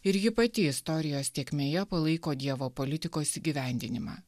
ir ji pati istorijos tėkmėje palaiko dievo politikos įgyvendinimą